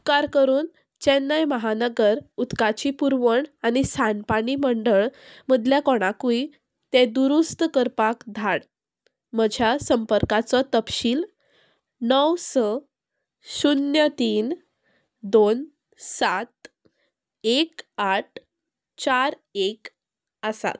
उपकार करून चेन्नय महानगर उदकाची पुरवण आनी साणपाणी मंडळ मदल्या कोणाकूय तें दुरुस्त करपाक धाड म्हज्या संपर्काचो तपशील णव स शुन्य तीन दोन सात एक आठ चार एक आसात